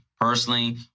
personally